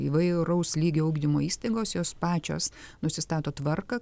įvairaus lygio ugdymo įstaigos jos pačios nusistato tvarką